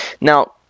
Now